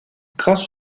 grâce